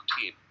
team